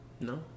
No